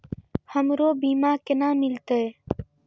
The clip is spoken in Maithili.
हमरो बीमा केना मिलते?